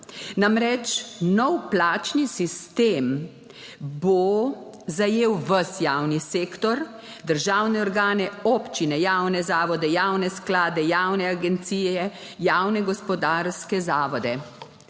Namreč, nov plačni sistem bo zajel ves javni sektor, državne organe, občine, javne zavode, javne sklade, javne agencije, javne gospodarske zavode.